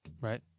right